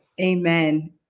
Amen